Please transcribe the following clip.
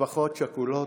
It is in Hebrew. משפחות שכולות,